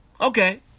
Okay